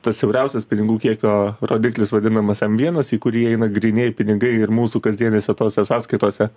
tas siauriausias pinigų kiekio rodiklis vadinamas m vienas į kurį įeina grynieji pinigai ir mūsų kasdienėse tose sąskaitose